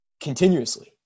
continuously